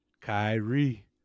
Kyrie